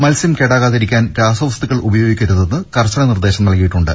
മത്സ്യം കേടാകാതിരിക്കാൻ രാസവസ്തുക്കൾ ഉപയോഗിക്കരുതെന്ന് കർശന നിർദ്ദേശം നൽകിയിട്ടുണ്ട്